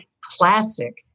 classic